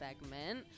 segment